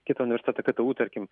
kitą universitetą ktu tarkim